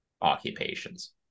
occupations